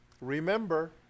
remember